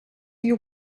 your